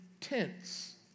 tents